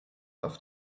auf